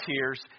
tears